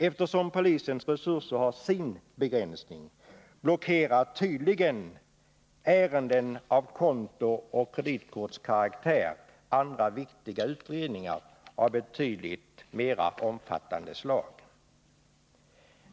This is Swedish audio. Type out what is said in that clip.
Eftersom polisens resurser har sin begränsning, blockerar ar av betydligt mer omfattande slag.